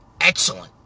excellent